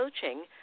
coaching